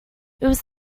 was